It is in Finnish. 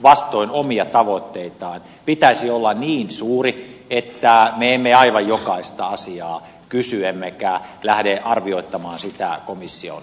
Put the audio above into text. vastoin omia tavoitteitaan pitäisi olla niin suuri että me emme aivan jokaista asiaa kysy emmekä lähde arvioittamaan komission taholla